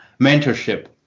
mentorship